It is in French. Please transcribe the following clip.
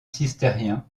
cistercien